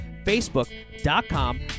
Facebook.com